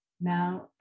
now